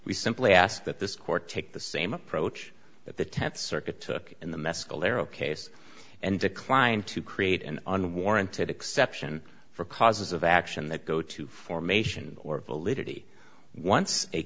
we simply ask that this court take the same approach that the tenth circuit took in the mescalero case and declined to create an unwarranted exception for causes of action that go to formation or validity once a